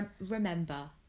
Remember